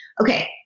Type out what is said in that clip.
okay